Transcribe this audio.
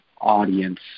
audience